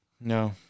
No